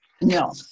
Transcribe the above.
No